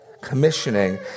commissioning